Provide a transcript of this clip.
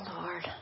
Lord